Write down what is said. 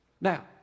Now